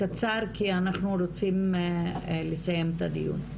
קצר כי אנחנו רוצים לסיים את הדיון.